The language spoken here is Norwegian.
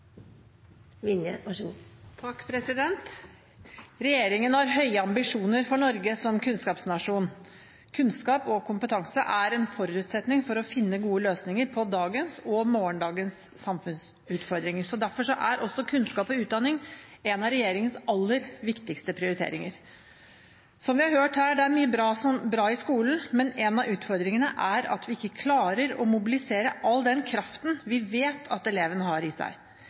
en forutsetning for å finne gode løsninger på dagens og morgendagens samfunnsutfordringer. Derfor er også kunnskap og utdanning en av regjeringens aller viktigste prioriteringer. Som vi har hørt her: Det er mye bra i skolen, men en av utfordringene er at vi ikke klarer å mobilisere all den kraften vi vet at elevene har i seg.